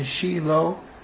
Shiloh